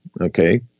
Okay